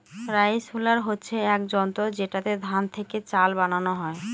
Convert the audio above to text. rice huller হচ্ছে এক যন্ত্র যেটাতে ধান থেকে চাল বানানো হয়